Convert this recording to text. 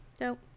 Nope